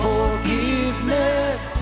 Forgiveness